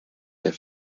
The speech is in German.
der